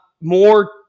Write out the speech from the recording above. more